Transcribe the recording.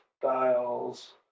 styles